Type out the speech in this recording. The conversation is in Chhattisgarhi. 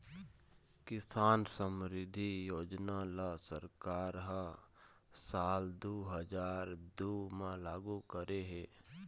किसान समरिद्धि योजना ल सरकार ह साल दू हजार दू म लागू करे हे